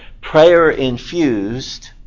prayer-infused